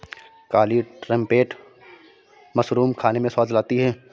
काली trumpet mushroom खाने में स्वाद लाती है